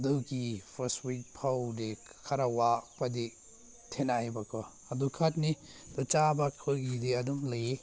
ꯑꯗꯨꯒꯤ first week ꯐꯥꯎꯗꯤ ꯈꯔ ꯋꯥꯕꯗꯤ ꯊꯦꯡꯅꯩꯑꯕꯀꯣ ꯑꯗꯨ ꯈꯛꯅꯤ ꯑꯗꯨ ꯆꯥꯕ ꯈꯣꯏꯒꯤꯗꯤ ꯑꯗꯨꯝ ꯂꯩꯌꯦ